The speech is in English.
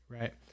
Right